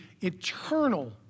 eternal